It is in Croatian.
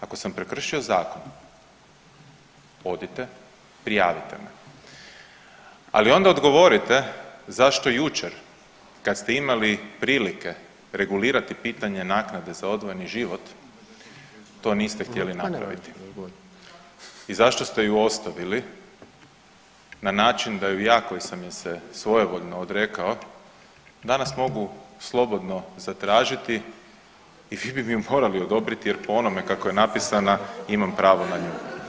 Ako sam prekršio zakon odite, prijavite me, ali onda odgovorite zašto jučer kad ste imali prilike regulirati pitanje naknade za odvojeni život to niste htjeli napraviti i zašto ste ju ostavili na način da ju ja koji sam je se svojevoljno odrekao danas mogu slobodno zatražiti i vi bi mi morali odobriti jer po onome kako je napisana imam pravo na nju.